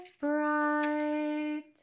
bright